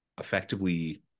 effectively